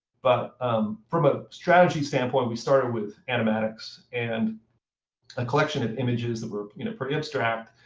but um from a strategy standpoint, we started with animatics and a collection of images that were you know pretty abstract.